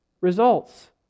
results